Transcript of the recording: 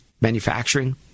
manufacturing